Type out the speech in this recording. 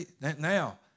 now